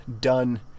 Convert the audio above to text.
done